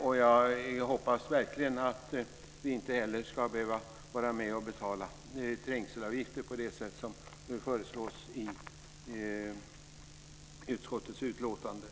Och jag hoppas verkligen att vi inte heller ska behöva vara med och betala trängselavgifter på det sätt som nu föreslås i utskottsbetänkandet.